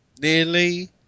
Nearly